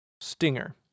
stinger